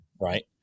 right